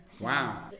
Wow